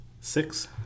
Six